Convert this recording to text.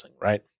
right